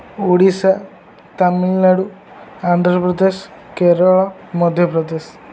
Odisha Tamil Nadu Andhra Pradesh Kerala Madhya Pradesh